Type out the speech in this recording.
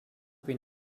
been